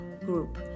group